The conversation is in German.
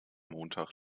montag